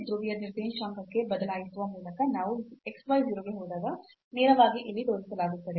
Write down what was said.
ಧ್ರುವೀಯ ನಿರ್ದೇಶಾಂಕಕ್ಕೆ ಬದಲಾಯಿಸುವ ಮೂಲಕ ಅಥವಾ x y 0 ಗೆ ಹೋದಾಗ ನೇರವಾಗಿ ಇಲ್ಲಿ ತೋರಿಸಲಾಗುತ್ತಿದೆ